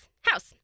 house